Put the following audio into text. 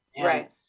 right